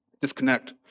Disconnect